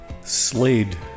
Slade